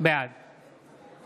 בעד